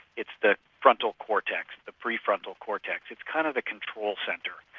it's the frontal cortex, the prefrontal cortex. it's kind of the control centre.